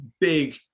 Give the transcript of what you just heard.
big